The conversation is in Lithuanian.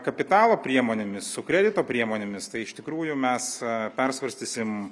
kapitalo priemonėmis su kredito priemonėmis tai iš tikrųjų mes persvarstysim